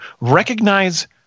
recognize